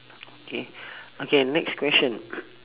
K okay next question